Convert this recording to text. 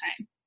time